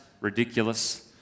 ridiculous